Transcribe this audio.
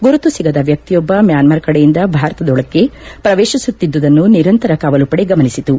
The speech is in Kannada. ಗುರುತು ಸಿಗದ ವ್ಯಕ್ತಿಯೊಬ್ಬ ಮ್ಯಾನ್ಮಾರ್ ಕಡೆಯಿಂದ ಭಾರತದೊಳಕ್ಕೆ ಪ್ರವೇಶಿಸುತ್ತಿದ್ದುದನ್ನು ನಿರಂತರ ಕಾವಲು ಪಡೆ ಗಮನಿಸಿತು